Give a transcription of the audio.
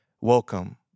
Welcome